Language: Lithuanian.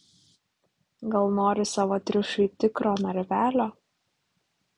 gal nori savo triušiui tikro narvelio